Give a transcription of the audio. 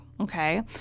okay